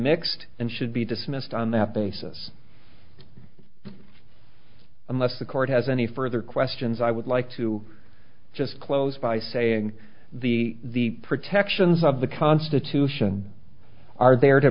mixed and should be dismissed on that basis unless the court has any further questions i would like to just close by saying the protections of the constitution are there to